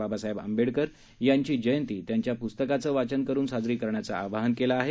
बाबासाहेब आंबेडकर यांची जयंती त्यांच्या प्स्तकांचं वाचन करुन साजरी करण्याचं आवाहन केलं आहे